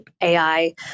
AI